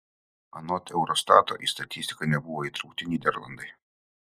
anot eurostato į statistiką nebuvo įtraukti nyderlandai